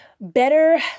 better